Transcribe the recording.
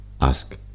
ask